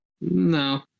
No